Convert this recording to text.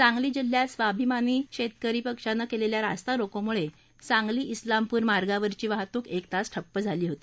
सांगली जिल्ह्यात स्वाभिमानी शेतकरी संघटनेला केलेल्या रास्ता रोकोमुळे सांगली उलामपूर मार्गावरची वाहतूक एक तास ठप्प झाली होती